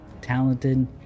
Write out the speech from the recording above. talented